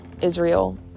Israel